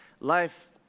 Life